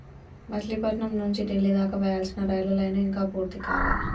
మచిలీపట్నం నుంచి డిల్లీ దాకా వేయాల్సిన రైలు లైను ఇంకా పూర్తి కాలే